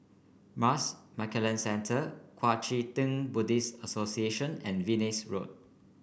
Marsh and McLennan Centre Kuang Chee Tng Buddhist Association and Venus Road